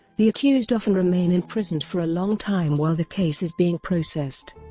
the accused often remain imprisoned for a long time while the case is being processed.